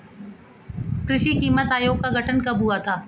कृषि कीमत आयोग का गठन कब हुआ था?